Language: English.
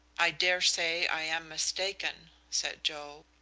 i dare say i am mistaken, said joe.